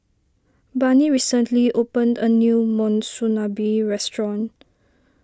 Barney recently opened a new Monsunabe restaurant